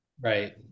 Right